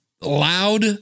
loud